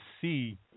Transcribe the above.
see